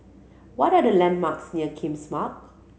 what are the landmarks near King's Malk